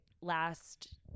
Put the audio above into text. last